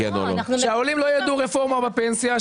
שהעולים לא יידעו רפורמה בפנסיה,